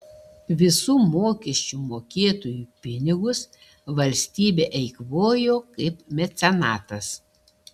visų mokesčių mokėtojų pinigus valstybė eikvojo kaip mecenatas